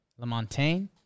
LaMontagne